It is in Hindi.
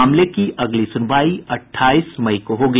मामले की अगली सुनवाई अठाईस मई को होगी